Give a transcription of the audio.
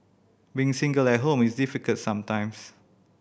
being single at home is difficult sometimes